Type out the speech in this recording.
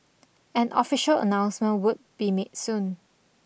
an official announcement would be made soon